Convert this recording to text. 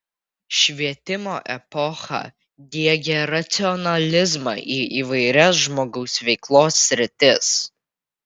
švietimo epocha diegė racionalizmą į įvairias žmogaus veiklos sritis